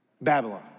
Babylon